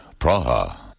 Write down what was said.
Praha